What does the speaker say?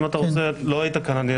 אם אתה רוצה, לא היית כאן, אני אחזור.